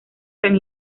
san